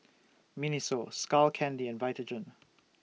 Miniso Skull Candy and Vitagen